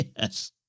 Yes